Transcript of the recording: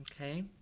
Okay